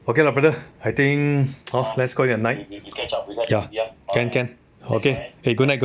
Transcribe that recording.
okay lah brother I think hor let's call it a night ya can can okay good night good night okay bye bye bye bye